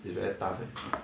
is very tough eh